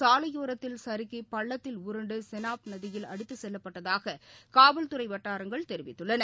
சாலையோரத்தில் சறுக்கி பள்ளத்தில் உருண்டு செனாப் நதியில் அடித்துச் செல்லப்பட்டதாக காவல்துறை வட்டாரங்கள் தெரிவித்துள்ளன